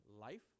life